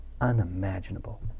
unimaginable